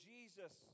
Jesus